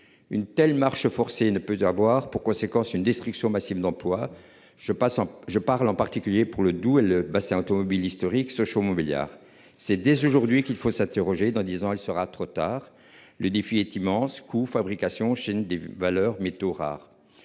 Une telle marche forcée ne peut avoir pour conséquence une destruction massive d'emplois. Je passe, je parle en particulier pour le Doubs et le bassin automobile historique Sochaux-Montbéliard c'est dès aujourd'hui qu'il faut s'interroger dans 10 ans elle sera trop tard. Le défi est immense coup fabrication chez une des valeurs métaux rares.